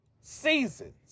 seasons